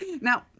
Now